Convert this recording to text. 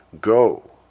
go